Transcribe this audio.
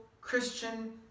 Christian